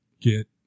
get